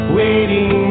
waiting